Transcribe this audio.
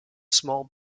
small